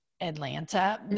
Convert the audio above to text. Atlanta